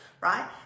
right